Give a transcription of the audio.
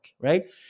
right